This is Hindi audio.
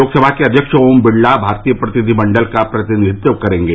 लोकसभा के अध्यक्ष ओम बिरला भारतीय प्रतिनिधि मंडल का प्रतिनिधित्व करेंगे